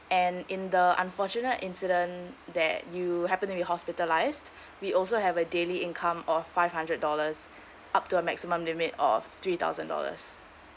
and in the unfortunate incident that you happen to be hospitalised we also have a daily income of five hundred dollars up to a maximum limit of three thousand dollars